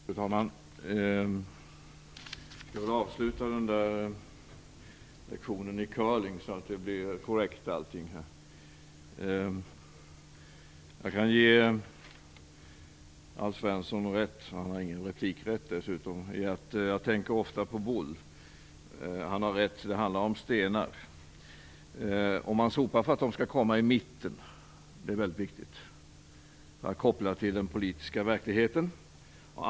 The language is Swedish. Fru talman! Jag vill avsluta den där lektionen i curling så att alla uppgifter här blir korrekta. Jag kan ge Alf Svensson rätt i att jag ofta tänker på boule; han har dessutom ingen replikrätt. Han har rätt i att det handlar om stenar. Man sopar för att de skall komma i mitten. Det är väldigt viktigt för att koppla bilden till den politiska verkligheten.